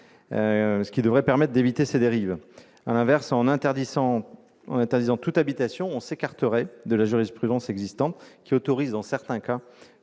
ce qui devrait permettre d'éviter ces dérives. À l'inverse, en interdisant toute habitation, on s'écarterait de la jurisprudence existante, qui autorise dans certains cas